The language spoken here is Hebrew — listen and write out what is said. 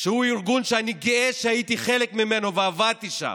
שהוא ארגון שאני גאה שהייתי חלק ממנו ועבדתי שם,